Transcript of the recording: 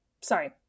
Sorry